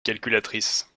calculatrice